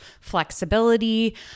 flexibility